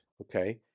okay